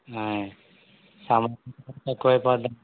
ఎక్కువ అయిపోతుందండి